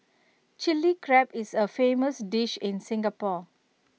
Chilli Crab is A famous dish in Singapore